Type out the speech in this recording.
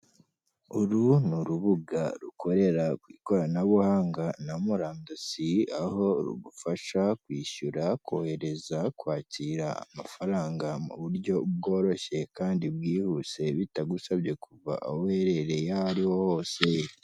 Uru ni urubuga rukorera ku ikoranabuhanga na murandasi, aho rugufasha kwishyura, kohereza, kwakira amafaranga mu buryo bworoshye kandi bwihuse, bitagusabye kuva aho uherereye aho ari ho hose.